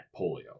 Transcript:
polio